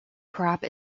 crop